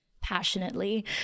passionately